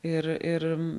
ir ir